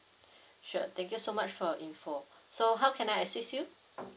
sure thank you so much for your info so how can I assist you